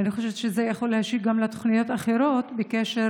ואני חושבת שזה יכול להשיק גם לתוכניות אחרות בקשר